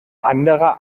anderer